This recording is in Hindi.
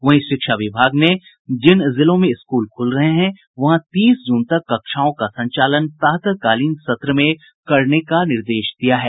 वहीं शिक्षा विभाग ने जिन जिलों में स्कूल खुल रहे हैं वहां तीस जून तक कक्षाओं का संचालन प्रातःकालीन सत्र में करने का निर्देश दिया है